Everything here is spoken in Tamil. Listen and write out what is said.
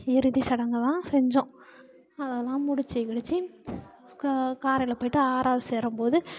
இறுதி சடங்கை தான் செஞ்சோம் அதெல்லாம் முடிச்சு கிடிச்சு க காரையில் போயிட்டு ஆறாவது சேரும் போது